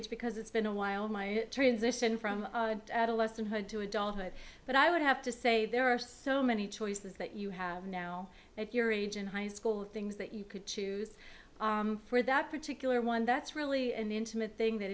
age because it's been a while my transition from adolescent hood to adulthood but i would have to say there are so many choices that you have now if your age in high school things that you could choose for that particular one that's really an intimate thing that